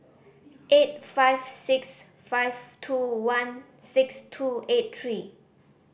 eight five six five two one six two eight three